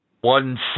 one